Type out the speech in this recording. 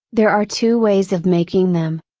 there are two ways of making them.